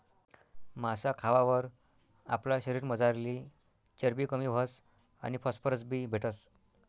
मासा खावावर आपला शरीरमझारली चरबी कमी व्हस आणि फॉस्फरस बी भेटस